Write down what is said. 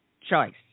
choice